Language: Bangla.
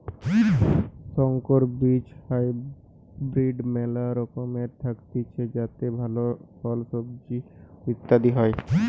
সংকর বীজ হাইব্রিড মেলা রকমের থাকতিছে যাতে ভালো ফল, সবজি ইত্যাদি হয়